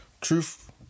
Truth